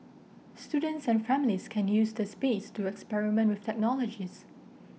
students and families can use the space to experiment with technologies